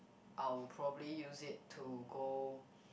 I would probably use it to go